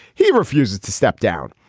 he refuses to step down.